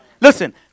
Listen